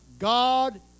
God